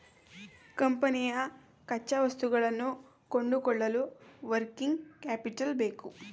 ಕಂಪನಿಯ ಕಚ್ಚಾವಸ್ತುಗಳನ್ನು ಕೊಂಡುಕೊಳ್ಳಲು ವರ್ಕಿಂಗ್ ಕ್ಯಾಪಿಟಲ್ ಬೇಕು